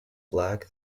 black